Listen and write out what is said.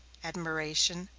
admiration,